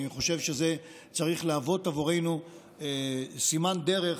אני חושב שזה צריך להוות עבורנו סימן דרך,